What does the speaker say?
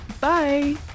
Bye